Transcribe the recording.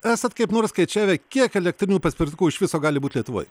esat kaip nors skaičiavę kiek elektrinių paspirtukų iš viso gali būt lietuvoje